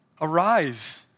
Arise